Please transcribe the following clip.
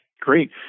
Great